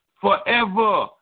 forever